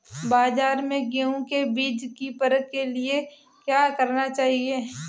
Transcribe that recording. बाज़ार में गेहूँ के बीज की परख के लिए क्या करना चाहिए?